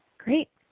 great.